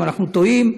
אם אנחנו טועים,